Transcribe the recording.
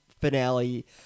finale